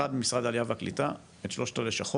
אחד, ממשרד העלייה והקליטה, את שלוש הלשכות,